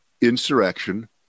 insurrection